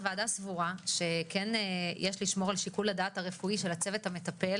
הוועדה סבורה שיש לשמור על שיקול הדעת הרפואי של הצוות המטפל